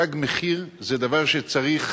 "תג מחיר" זה דבר שצריך